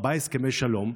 ארבעה הסכמי שלום,